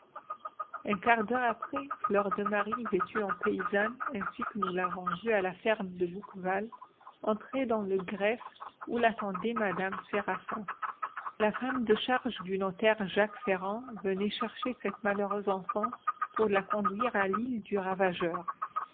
un quart d'heure après fleur de marie vêtue en paysanne ainsi que nous l'avons vue à la ferme de bouqueval entrait dans le greffe où l'attendait mme séraphin la femme de charge du notaire jacques ferrand venait chercher cette malheureuse enfant pour la conduire à l'île du ravageur